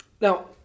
Now